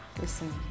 Listen